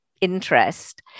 interest